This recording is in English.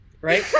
right